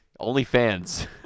OnlyFans